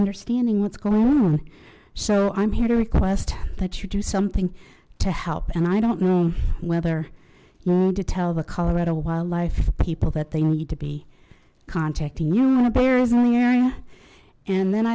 understanding what's going on so i'm here to request that you do something to help and i don't know whether to tell the colorado wildlife people that they need to be contacting you when a bear is in the area and then